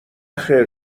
خیر